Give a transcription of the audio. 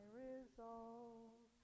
resolve